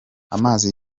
amazi